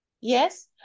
yes